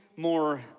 More